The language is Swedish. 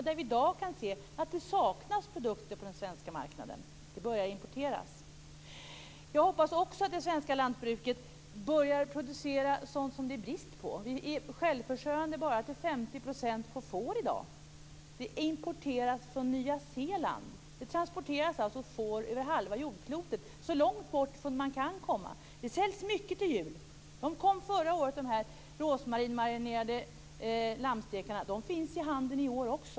Där kan vi i dag se att det saknas produkter på den svenska marknaden. De börjar importeras. Jag hoppas också att det svenska lantbruket börjar producera sådant som det är brist på. Vi är i dag självförsörjande på får bara till 50 %. De importeras från Nya Zeeland. Det transporteras alltså får över halva jordklotet, så långt bort ifrån som man kan komma. De rosmarinmarinerade lammstekarna kom förra året och finns i handeln i år också.